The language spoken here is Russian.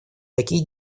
такие